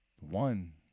one